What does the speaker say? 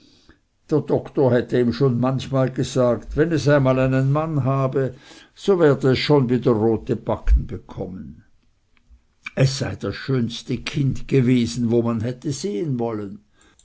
der doktor hätte ihm schon manchmal gesagt wenn es einmal einen mann habe so werde es schon wieder rote backen bekommen es sei das schönste kind gewesen wo man hätte sehen wollen